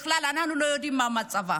בכלל, אנחנו לא יודעים מה מצבה.